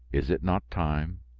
is it not time?